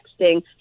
texting